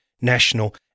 national